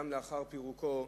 גם לאחר פירוקו,